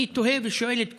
אני תוהה ושואל את כולנו: